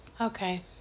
Okay